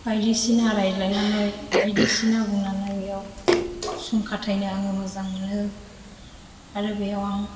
बायदिसिना रायलायनानै बायदिसिना बुंनानै बेयाव सम खाथायनो आङो मोजां मोनो आरो बेयाव आं